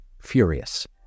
furious